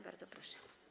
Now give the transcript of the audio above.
Bardzo proszę.